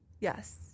Yes